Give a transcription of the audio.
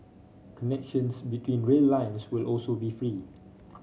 connections between rail lines will also be free